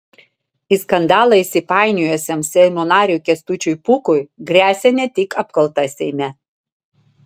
į skandalą įsipainiojusiam seimo nariui kęstučiui pūkui gresia ne tik apkalta seime